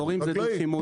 חקלאי.